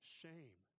shame